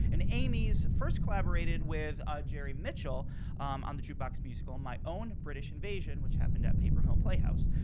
and aimes first collaborated with jerry mitchell on the jukebox musical my own british invasion, which happened at papermill playhouse.